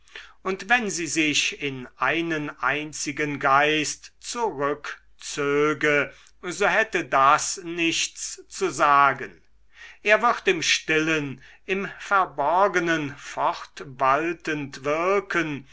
und wenn sie sich in einen einzigen geist zurückzöge so hätte das nichts zu sagen er wird im stillen im verborgenen fortwaltend wirken